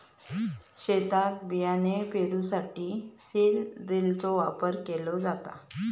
शेतात बियाणे पेरूसाठी सीड ड्रिलचो वापर केलो जाता